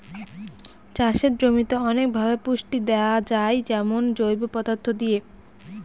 চাষের জমিতে অনেকভাবে পুষ্টি দেয়া যায় যেমন জৈব পদার্থ দিয়ে